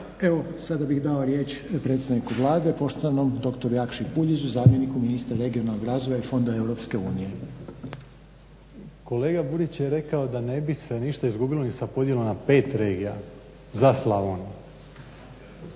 evo sada bih dao riječ predstavniku Vlade, poštovanom doktoru Jakši Puljizu zamjeniku ministra regionalnog razvoja i fonda EU. **Puljiz, Jakša** Kolega Burić je rekao da ne bi se ništa izgubilo ni sa podjelom na 5 regija za Slavoniju,